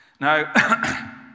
Now